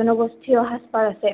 জনগোষ্ঠীয় সাজপাৰ আছে